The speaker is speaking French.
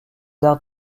arts